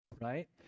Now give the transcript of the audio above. right